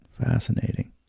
fascinating